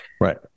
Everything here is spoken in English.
Right